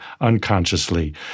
unconsciously